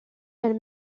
elle